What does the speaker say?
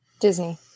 Disney